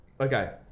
Okay